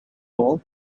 hole